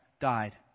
died